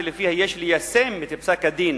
שלפיה יש ליישם את פסק-הדין